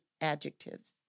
adjectives